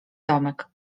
domek